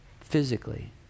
physically